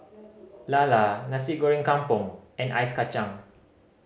lala Nasi Goreng Kampung and Ice Kachang